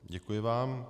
Děkuji vám.